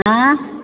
आय